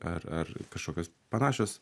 ar ar kažkokios panašios